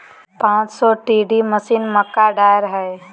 पांच सौ TD machine, मक्का ड्रायर हइ